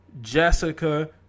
Jessica